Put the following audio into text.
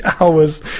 hours